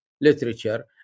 literature